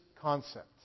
concept